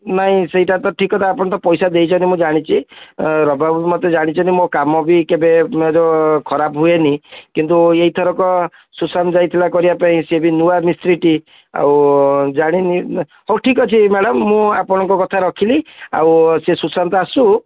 ନାଇଁ ସେଇଟା ତ ଠିକ୍ କଥା ଆପଣ ତ ପଇସା ଦେଇଛନ୍ତି ମୁଁ ଜାଣିଛି ଅଁ ରବିବାବୁ ମୋତେ ବି ଜାଣିଛନ୍ତି ମୋ କାମ ବି କେବେ ମୋର ଖରାପ ହୁଏନି କିନ୍ତୁ ଏହି ଥରକ ସୁଶାନ୍ତ ଯାଇଥିଲା କରିବା ପାଇଁ ସେ ବି ନୂଆ ମିସ୍ତ୍ରୀଟି ଆଉ ଜାଣିନି ହେଉ ଠିକ୍ଅଛି ମ୍ୟାଡ଼ାମ ମୁଁ ଆପଣଙ୍କ କଥା ରଖିଲି ଆଉ ସେ ସୁଶାନ୍ତ ଆସୁ